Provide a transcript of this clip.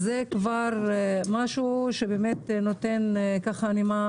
זה כבר משהו שנותן נימה